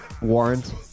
Warrant